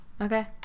Okay